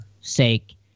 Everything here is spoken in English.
sake